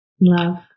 love